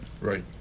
Right